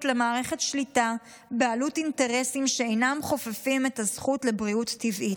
למערכות שליטה בעלות אינטרסים שאינם חופפים את הזכות לבריאות טבעית,